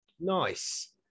Nice